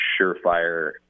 surefire